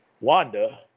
Wanda